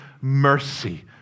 mercy